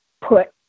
put